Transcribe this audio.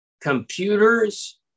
computers